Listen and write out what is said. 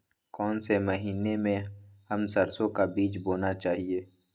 कौन से महीने में हम सरसो का बीज बोना चाहिए?